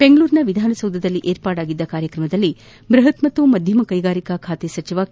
ಬೆಂಗಳೂರಿನ ವಿಧಾನಸೌಧದಲ್ಲಿ ವಿರ್ಪಾಡಾಗಿದ್ದ ಕಾರ್ಯಕ್ರಮದಲ್ಲಿ ಬೃಹತ್ ಮತ್ತು ಮಧ್ಯಮ ಕೈಗಾರಿಕಾ ಖಾತೆ ಸಚಿವ ಕೆ